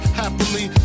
happily